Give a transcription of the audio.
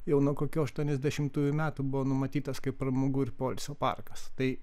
jau nuo kokių aštuoniasdešimtų metų buvo numatytas kaip pramogų ir poilsio parkas tai